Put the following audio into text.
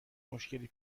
مشکلی